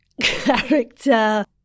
character